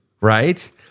right